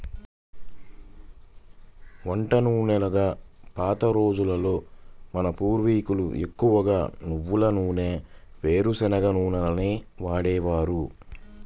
వంట నూనెలుగా పాత రోజుల్లో మన పూర్వీకులు ఎక్కువగా నువ్వుల నూనె, వేరుశనగ నూనెలనే వాడేవారు